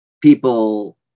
people